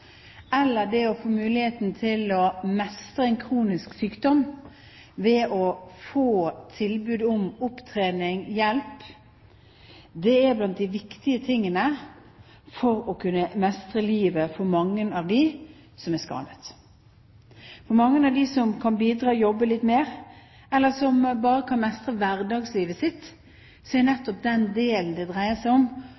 eller det å få muligheten til å mestre en kronisk sykdom ved å få tilbud om opptrening og hjelp, er blant de viktige tingene for å kunne mestre livet for mange av dem som er skadet. For mange av dem som kan bidra og jobbe litt mer, eller som bare kan mestre hverdagslivet sitt, er